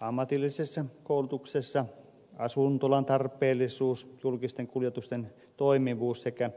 ammatillisessa koulutuksessa asuntoloiden tarpeellisuus julkisten kuljetusten toimivuus sekä